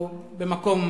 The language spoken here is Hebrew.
או במקום